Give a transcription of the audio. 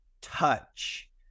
touch